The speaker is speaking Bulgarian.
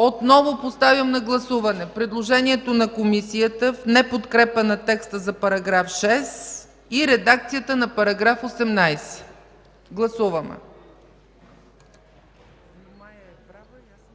Отново поставям на гласуване предложението на Комисията в неподкрепа на текста за § 6 и редакцията на § 18. Гласували